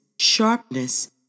sharpness